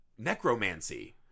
necromancy